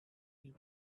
deal